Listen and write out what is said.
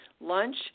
lunch